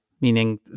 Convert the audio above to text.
meaning